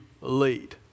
lead